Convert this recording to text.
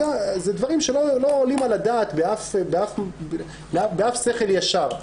זה דברים שלא עולים על הדעת באף שכל ישר.